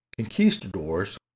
conquistadors